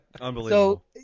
Unbelievable